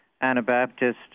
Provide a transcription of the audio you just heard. anabaptist